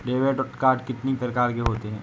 Debit card कितनी प्रकार के होते हैं?